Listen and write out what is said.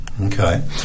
Okay